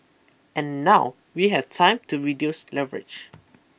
and now we have time to reduce leverage